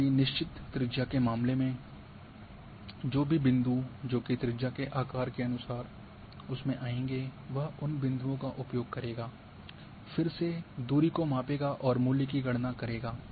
जबकि निश्चित त्रिज्या के मामले में जो भी बिंदु जो कि त्रिज्या के आकार के अनुसार उसमे आएंगे वह उन बिंदुओं का उपयोग करेगा फिर से दूरी को मापेगा और मूल्य की गणना करेगा